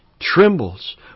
trembles